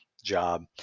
job